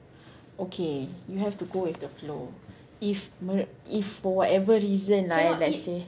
okay you have to go with the flow if mar~ if for whatever reason lah eh let's say